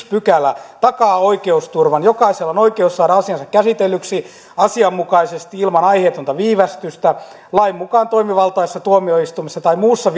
pykälä takaa oikeusturvan jokaisella on oikeus saada asiansa käsitellyksi asianmukaisesti ilman aiheetonta viivästystä lain mukaan toimivaltaisessa tuomioistuimessa tai muussa